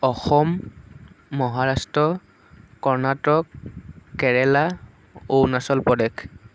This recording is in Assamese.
অসম মহাৰাষ্ট্ৰ কৰ্ণাটক কেৰেলা অৰুণাচল প্ৰদেশ